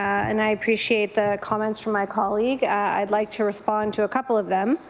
and i appreciate the comments from my colleague. i would like to respond to a couple of them.